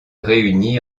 réunit